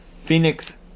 Phoenix